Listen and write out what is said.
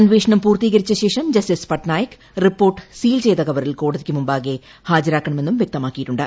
അന്വേഷണം പൂർത്തീകരിച്ചശേഷം justice Patnaik report seal ചെയ്ത കവറിൽ കോടതിക്ക് മുമ്പാകെ ഹാജരാക്കണമെന്നും വൃക്തമാക്കിയിട്ടുണ്ട്